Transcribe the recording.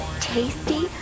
tasty